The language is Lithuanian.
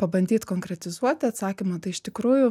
pabandyt konkretizuoti atsakymą tai iš tikrųjų